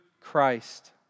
Christ